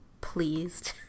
pleased